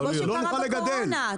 כמו שקרה בקורונה.